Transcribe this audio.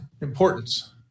importance